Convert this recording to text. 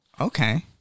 Okay